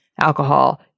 alcohol